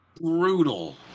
brutal